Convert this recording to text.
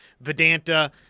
Vedanta